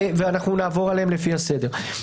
ואנחנו נעבור עליהם לפי הסדר.